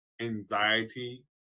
anxiety